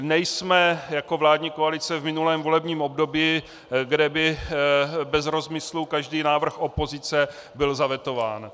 Nejsme jako vládní koalice v minulém volebním období, kde by bez rozmyslu každý návrh opozice byl zavetován.